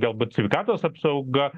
galbūt sveikatos apsauga